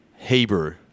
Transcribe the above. Hebrew